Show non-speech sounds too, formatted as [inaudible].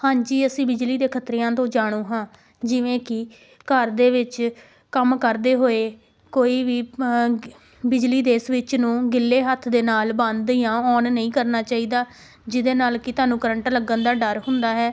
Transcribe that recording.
ਹਾਂਜੀ ਅਸੀਂ ਬਿਜਲੀ ਦੇ ਖ਼ਤਰਿਆਂ ਤੋਂ ਜਾਣੂ ਹਾਂ ਜਿਵੇਂ ਕਿ ਘਰ ਦੇ ਵਿੱਚ ਕੰਮ ਕਰਦੇ ਹੋਏ ਕੋਈ ਵੀ [unintelligible] ਬਿਜਲੀ ਦੇ ਸਵਿੱਚ ਨੂੰ ਗਿੱਲੇ ਹੱਥ ਦੇ ਨਾਲ ਬੰਦ ਜਾਂ ਔਨ ਨਹੀਂ ਕਰਨਾ ਚਾਹੀਦਾ ਜਿਹਦੇ ਨਾਲ ਕਿ ਤੁਹਾਨੂੰ ਕਰੰਟ ਲੱਗਣ ਦਾ ਡਰ ਹੁੰਦਾ ਹੈ